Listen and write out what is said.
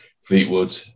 Fleetwood